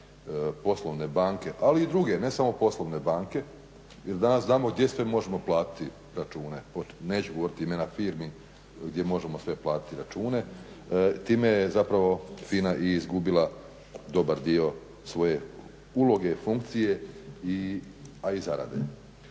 poslovne banke ali i druge ne samo poslovne banke, jer danas znamo gdje sve možemo platiti račune, neću govoriti imena firmi gdje možemo sve platiti račune, time je zapravo FINA i izgubila dobar dio svoje uloge i funkcije a i zarade.